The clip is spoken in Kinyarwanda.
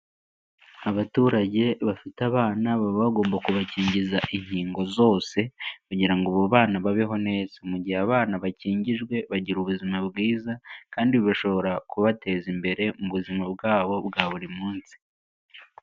Abaturage bafite abana baba bagomba kubakingiza inkingo zose, kugira ngo abo bana babeho neza. Mu gihe abana bakingijwe bagira ubuzima bwiza, kandi bushobora kubateza imbere mu buzima bwabo bwa buri munsi.